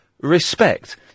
respect